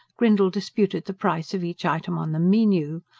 grindle disputed the price of each item on the meenew,